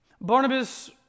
Barnabas